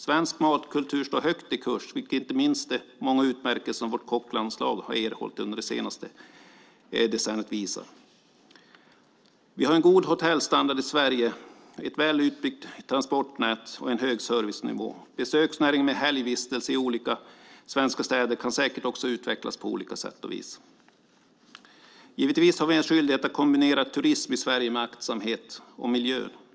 Svensk matkultur står högt i kurs, vilket inte minst de många utmärkelser som vårt kocklandslag har erhållit under det senaste decenniet visar. Vi har en god hotellstandard i Sverige, ett väl utbyggt transportnät och en hög servicenivå. Besöksnäringen med helgvistelser i olika svenska städer kan säkert också utvecklas på olika sätt och vis. Givetvis har vi en skyldighet att kombinera turism i Sverige med aktsamhet om miljön.